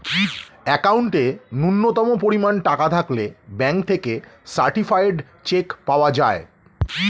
অ্যাকাউন্টে ন্যূনতম পরিমাণ টাকা থাকলে ব্যাঙ্ক থেকে সার্টিফায়েড চেক পাওয়া যায়